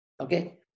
Okay